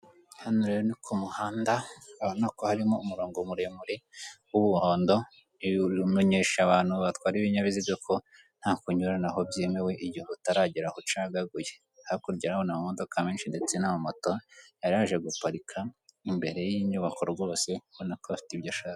Hano rero nuk'umuhanda, urabona ko harimo umurongo muremure w'ubuhondo, umenyesha abantu batwara ibinyabiziga ko nta kunyuranaho byemewe igihe utaragera aho ucagaguye hakurya yaho urahabona amadoka ndetse n'amoto yaraje guparika imbere y'inyubako rwose, ubona ko bafite ibyo bashaka.